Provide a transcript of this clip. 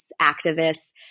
activists